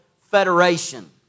Federation